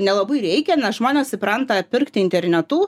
nelabai reikia nes žmonės įpranta pirkti internetu